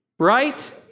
right